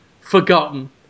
forgotten